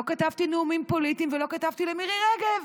לא כתבתי נאומים פוליטיים ולא כתבתי למירי רגב.